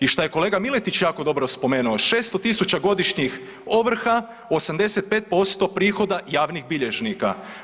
I šta je kolega Miletić jako dobro spomenuo, 600.000 godišnjih ovrha, 85% prihoda javnih bilježnika.